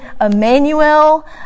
Emmanuel